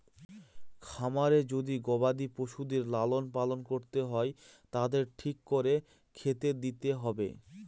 খামারে যদি গবাদি পশুদের লালন পালন করতে হয় তাদের ঠিক করে খেতে দিতে হবে